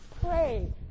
pray